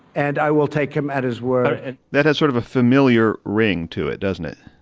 and i will take him at his word that has sort of a familiar ring to it, doesn't it?